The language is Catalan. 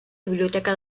biblioteca